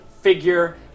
figure